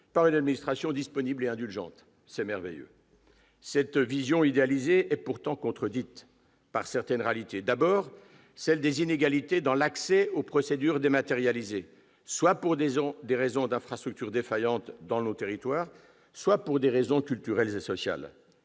par une administration disponible et indulgente. C'est merveilleux ! Cette vision idéalisée est pourtant contredite par certaines réalités, et d'abord par les inégalités dans l'accès aux procédures dématérialisées, soit pour des raisons d'infrastructures défaillantes dans nos territoires, soit pour des raisons culturelles et sociales.